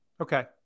okay